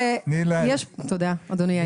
תודה אדוני היו"ר.